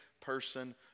person